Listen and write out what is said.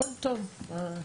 הכול טוב.